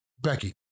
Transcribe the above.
Becky